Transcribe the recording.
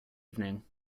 evening